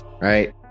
right